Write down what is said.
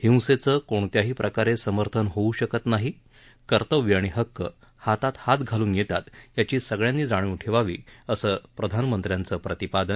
हिंसेचं कोणत्याही प्रकारे समर्थन होऊ शकत नाही कर्तव्य आणि हक्क हातात हात घालून येतात याची सगळ्यांनी जाणीव ठेवावी असं प्रधानमंत्र्यांचं प्रतिपादन